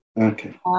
Okay